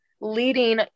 leading